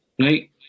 right